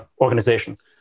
organizations